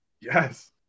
Yes